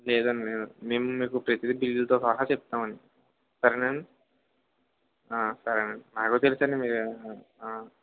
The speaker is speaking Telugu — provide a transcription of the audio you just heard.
లేదండి మేం మీకు ప్రతిదీ బిల్లులతో సహా చెప్తామండి సరేనండి సరేనండి మాకు తెలుసండి మీరు